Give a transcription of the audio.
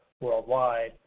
worldwide